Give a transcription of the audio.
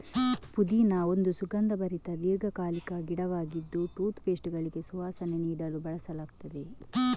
ಪುದೀನಾ ಒಂದು ಸುಗಂಧಭರಿತ ದೀರ್ಘಕಾಲಿಕ ಗಿಡವಾಗಿದ್ದು ಟೂತ್ ಪೇಸ್ಟುಗಳಿಗೆ ಸುವಾಸನೆ ನೀಡಲು ಬಳಸಲಾಗ್ತದೆ